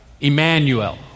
Emmanuel